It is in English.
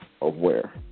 aware